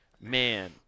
Man